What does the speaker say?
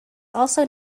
also